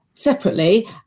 separately